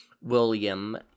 William